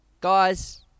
guys